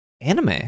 anime